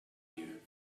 you